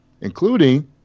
including